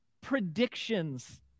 predictions